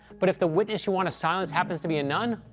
but if the witness you want to silence happens to be a nun,